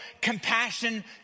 compassion